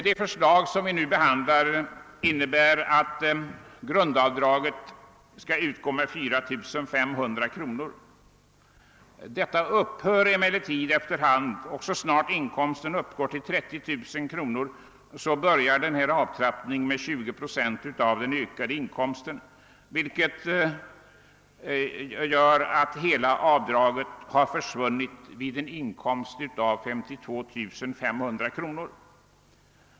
Det förslag som vi nu behandlar innebär att grundavdraget skall utgå med 4500 kronor men att detta successivt skall minskas vid högre inkomst. Så snart inkomsten uppgår till 30 000 kr. börjar en avtrappning med 20 procent av den ökade inkomsten vilken gör att hela avdraget har försvunnit vid en inkomst av 52 500 kr.